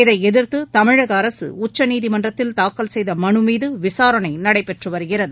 இதை எதிர்த்து தமிழக அரசு உச்சநீதிமன்றத்தில் தாக்கல் செய்த மனு மீது விசாரணை நடைபெற்று வருகிறது